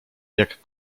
jak